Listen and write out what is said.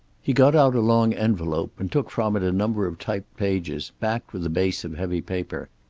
he got out a long envelope, and took from it a number of typed pages, backed with a base of heavy paper.